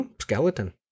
Skeleton